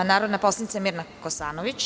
Reč ima narodna poslanica Mirna Kosanović.